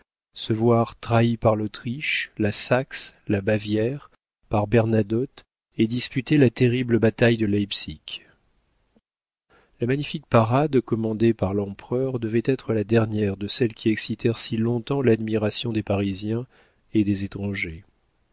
se voir trahi par l'autriche la saxe la bavière par bernadotte et disputer la terrible bataille de leipsick la magnifique parade commandée par l'empereur devait être la dernière de celles qui excitèrent si longtemps l'admiration des parisiens et des étrangers